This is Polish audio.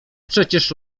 przecież